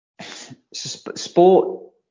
sport